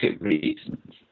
reasons